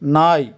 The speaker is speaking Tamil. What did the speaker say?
நாய்